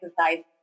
exercise